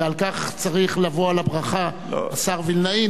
ועל כך צריך לבוא על הברכה השר וילנאי.